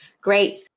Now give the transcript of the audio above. great